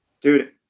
Dude